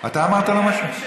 אתה אמרת לו?